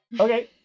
Okay